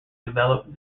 developed